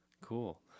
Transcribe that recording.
cool